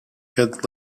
had